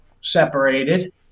separated